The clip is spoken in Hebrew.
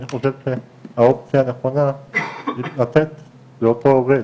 אני חושב שהאופציה הנכונה היא לתת לאותו עובד,